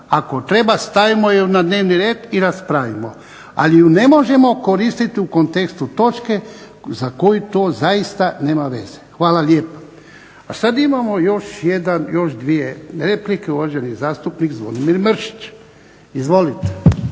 ako treba stavimo ju na dnevni red i raspravimo, ali ju ne možemo koristiti u kontekstu točke za koju to zaista nema veze. Hvala lijepa. A sad imamo još jedan, još dvije replike, uvaženi zastupnik Zvonimir Mršić. Izvolite.